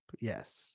yes